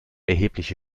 erhebliche